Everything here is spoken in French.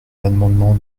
l’amendement